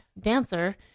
dancer